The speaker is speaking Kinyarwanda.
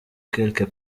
quelque